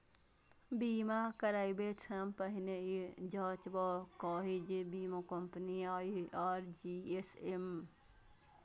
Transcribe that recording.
बीमा कराबै सं पहिने ई जांचबाक चाही जे बीमा कंपनी आई.आर.डी.ए सं पंजीकृत छैक की नहि